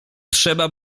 trzeba